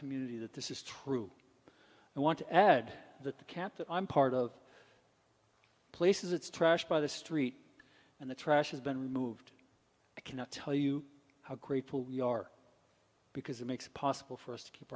community that this is true and want to add that the camp that i'm part of places it's trash by the street and the trash has been removed i cannot tell you how grateful we are because it makes it possible for us to keep